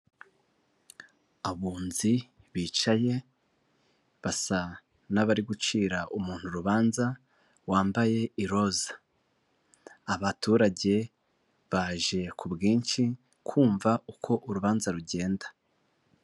Abunzi bicaye basa n'abari gucira umuntu urubanza wambaye iroza, abaturage baje ku bwinshi kumva uko urubanza rugenda.